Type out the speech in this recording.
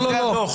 על זה הדוח.